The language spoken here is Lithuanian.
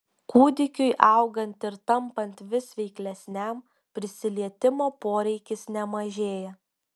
kūdikiui augant ir tampant vis veiklesniam prisilietimo poreikis nemažėja